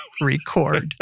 record